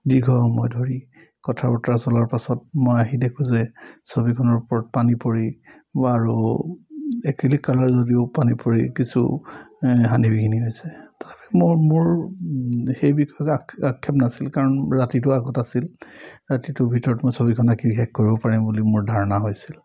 দীৰ্ঘ সময় ধৰি কথা বতৰা চলোৱাৰ পাছত মই আহি দেখোঁ যে ছবিখনৰ ওপৰত পানী পৰি আৰু এক্ৰিলিক কালাৰ যদিও পানী পৰি কিছু হানি বিঘিনি হৈছে তথাপি মোৰ মোৰ সেই বিষয়ে আক্ষেপ আক্ষেপ নাছিল কাৰণ ৰাতিটো আগত আছিল ৰাতিটোৰ ভিতৰত মই ছবিখন আঁকি শেষ কৰিব পাৰিম বুলি মোৰ ধাৰণা হৈছিল